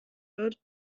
wird